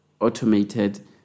automated